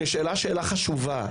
היא נשאלה שאלה חשובה,